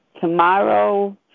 tomorrow